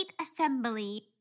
assembly